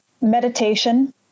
Meditation